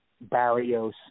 Barrios